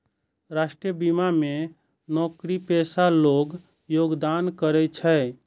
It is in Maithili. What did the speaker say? राष्ट्रीय बीमा मे नौकरीपेशा लोग योगदान करै छै